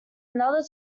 another